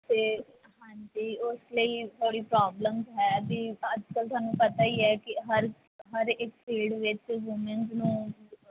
ਅਤੇ ਹਾਂਜੀ ਉਸ ਲਈ ਥੋੜ੍ਹੀ ਪ੍ਰੋਬਲਮਸ ਹੈ ਜੀ ਅੱਜ ਕੱਲ੍ਹ ਤੁਹਾਨੂੰ ਪਤਾ ਹੀ ਹੈ ਕਿ ਹਰ ਹਰ ਇੱਕ ਫੀਲਡ ਵਿੱਚ ਵੁਮਨਸ ਨੂੰ